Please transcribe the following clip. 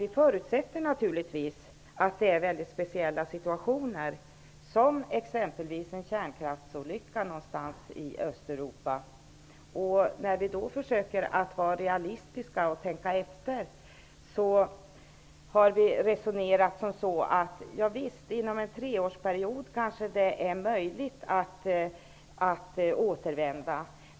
Vi förutsätter naturligtvis att det skall gälla vid väldigt speciella situationer, t.ex. en kärnkraftsolycka någonstans i Östeuropa. Vi försöker att vara realistiska och tänka efter. Vi har resonerat som så, att det är möjligt att återvända inom en treårsperiod.